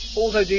Auto